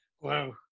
Wow